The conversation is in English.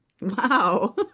wow